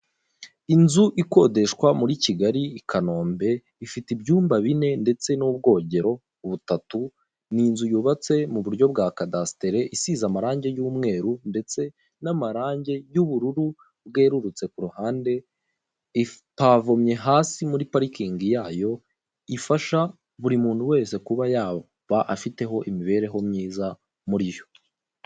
Inzu ikodeshwa muri Kigali i Kanombe ifite ibyumba bine ndetse n'ubwogero butatu, ni inzu yubatse mu buryo bwa kadasitere isize amarangi y'umweru, ndetse n'amarangi y'ubururu bwerurutse kuruhande, ipavomye hasi muri parikingi yayo, ifasha buri muntu wese kuba yaba afiteho imibereho myiza muri yo.